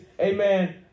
amen